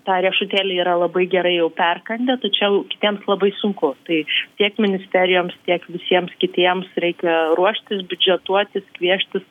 tą riešutėlį yra labai gerai jau perkandę tačiau kitiems labai sunku tai tiek ministerijoms tiek visiems kitiems reikia ruoštis biudžetuotis kviestis